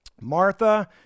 Martha